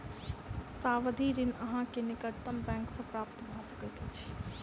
सावधि ऋण अहाँ के निकटतम बैंक सॅ प्राप्त भ सकैत अछि